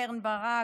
קרן ברק,